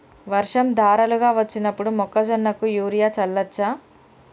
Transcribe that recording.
వర్షం ధారలుగా వచ్చినప్పుడు మొక్కజొన్న కు యూరియా చల్లచ్చా?